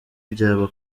byaba